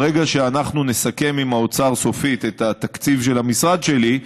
ברגע שאנחנו נסכם עם האוצר סופית את התקציב של המשרד שלי,